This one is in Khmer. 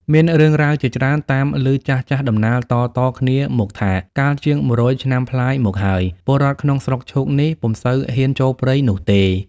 មានរឿងរ៉ាវជាច្រើនតាមឮចាស់ៗតំណាលតៗគ្នាមកថា កាលជាង១០០ឆ្នាំប្លាយមកហើយ ពលរដ្ឋក្នុងស្រុកឈូកនេះ ពុំសូវហ៊ានចូលព្រៃនោះទេ។